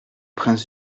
prince